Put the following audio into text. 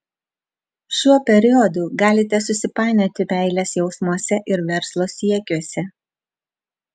šiuo periodu galite susipainioti meilės jausmuose ir verslo siekiuose